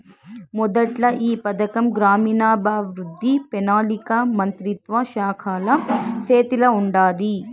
మొదట్ల ఈ పథకం గ్రామీణాభవృద్ధి, పెనాలికా మంత్రిత్వ శాఖల సేతిల ఉండాది